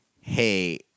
Hey